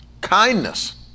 kindness